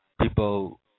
people